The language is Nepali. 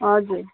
हजुर